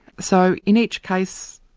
so in each case,